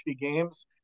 games